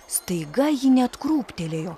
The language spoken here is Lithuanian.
staiga ji net krūptelėjo